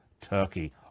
TURKEY